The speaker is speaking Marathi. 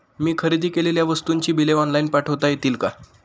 मी खरेदी केलेल्या वस्तूंची बिले ऑनलाइन पाठवता येतील का?